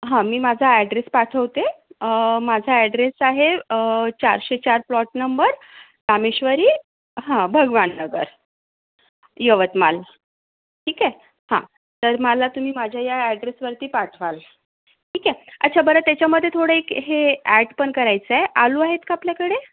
हां मी माझा ॲड्रेस पाठवते माझा ॲड्रेस आहे चारशे चार प्लॉट नंबर रामेश्वरी हं भगवाननगर यवतमाळ ठीक आहे हां तर मला तुम्ही माझ्या या ॲड्रेसवरती पाठवाल ठीक आहे अच्छा बरं त्याच्यामध्ये थोडं एक हे ॲड पण करायचं आहे आलू आहेत का आपल्याकडे